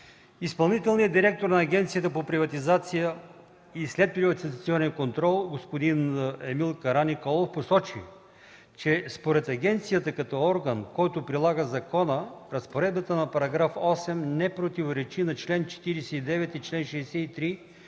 Изпълнителният директор на Агенцията за приватизация и следприватизационен контрол господин Емил Караниколов посочи, че според агенцията като орган, който прилага закона, разпоредбата на § 8 не противоречи на чл. 49 и чл. 63